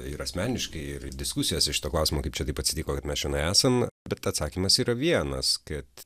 ir asmeniškai ir diskusijose šito klausimo kaip čia taip atsitiko kad mes čionai esam bet atsakymas yra vienas kad